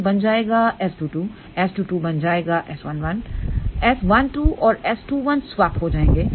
S11 बन जाएगाS22 S22 बन S11 जाएगाS12 और S21 स्वैप हो जाएंगे